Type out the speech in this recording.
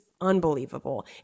unbelievable